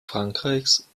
frankreichs